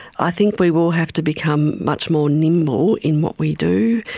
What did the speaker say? i think we will have to become much more nimble in what we do.